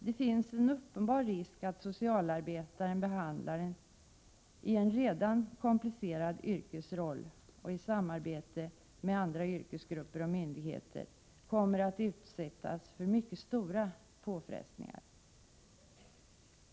Det finns en uppenbar risk att behandlaren-socialarbetaren i en redan komplicerad yrkesroll och i samarbete med andra yrkesgrupper och myndigheter kommer att utsättas för mycket stora påfrestningar.